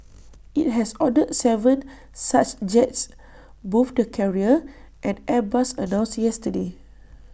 IT has ordered Seven such jets both the carrier and airbus announced yesterday